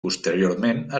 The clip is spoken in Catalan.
posteriorment